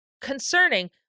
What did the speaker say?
Concerning